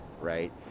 right